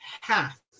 half